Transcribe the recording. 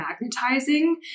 magnetizing